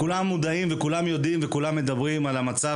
כולם מודעים וכולם יודעים וכולם מדברים על המצב